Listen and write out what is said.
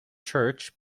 church